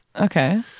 Okay